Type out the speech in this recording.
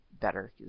better